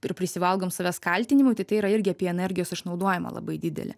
ir prisivalgom savęs kaltinimui tai tai yra irgi apie energijos išnaudojimą labai didelį